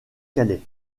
calais